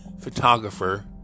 photographer